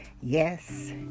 Yes